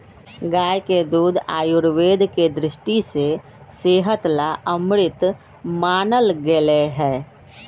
गाय के दूध आयुर्वेद के दृष्टि से सेहत ला अमृत मानल गैले है